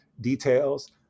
details